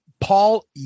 Paul